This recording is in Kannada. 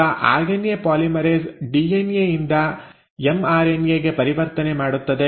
ಈಗ ಆರ್ಎನ್ಎ ಪಾಲಿಮರೇಸ್ ಡಿಎನ್ಎ ಯಿಂದ ಎಮ್ಆರ್ಎನ್ಎ ಗೆ ಪರಿವರ್ತನೆ ಮಾಡುತ್ತದೆ